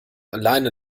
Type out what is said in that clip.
alleine